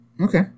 Okay